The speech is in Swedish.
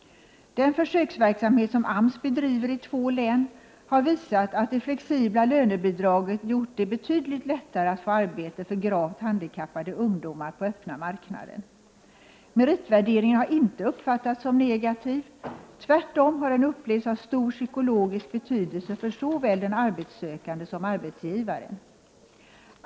Den försöksverksamhet som AMS bedriver i två län har visat att det flexibla lönebidraget gjort det betydligt lättare att få arbete för gravt handikappade ungdomar i öppna marknaden. Meritvärderingen har inte uppfattats som negativ. Tvärtom har den upplevts ha stor psykologisk betydelse för såväl den arbetssökande som arbetsgivaren.